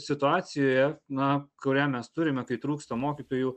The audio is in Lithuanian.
situacija na kurią mes turime kai trūksta mokytojų